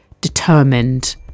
determined